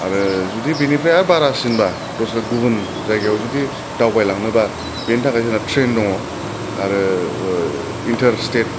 आरो जुदि बिनिफ्राय आर बारासिनबा दस्रा गुबुन जायगाआव जुदि दावबाय लांनोबा बिनि थाखाय जोंहा ट्रेन दङ आरो इनटारस्टेड